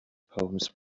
poems